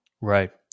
right